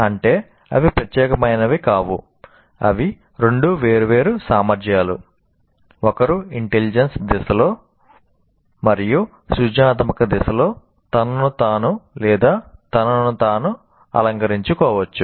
అంటే అవి ప్రత్యేకమైనవి కావు అవి రెండు వేర్వేరు సామర్ధ్యాలు ఒకరు ఇంటెలిజెన్స్ దిశలో మరియు సృజనాత్మక దిశలో తనను తాను లేదా తనను తాను అలంకరించుకోవచ్చు